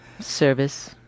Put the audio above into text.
Service